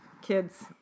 Kids